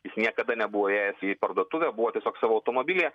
jis niekada nebuvo įėjęs į parduotuvę buvo tiesiog savo automobilyje